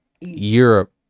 Europe